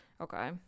okay